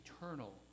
eternal